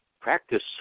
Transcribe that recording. practice